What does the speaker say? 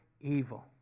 evil